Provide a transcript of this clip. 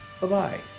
Bye-bye